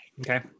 Okay